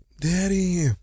daddy